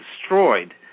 destroyed